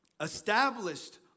established